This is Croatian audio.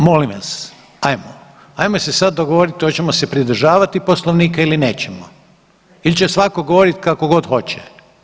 Dobro molim vas, ajmo, ajmo se sad dogovorit hoćemo se pridržavati Poslovnika ili nećemo il će svako govorit kako god hoće.